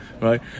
right